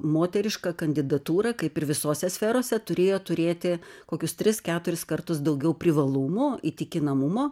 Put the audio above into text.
moteriška kandidatūra kaip ir visose sferose turėjo turėti kokius tris keturis kartus daugiau privalumų įtikinamumo